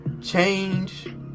change